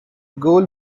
gold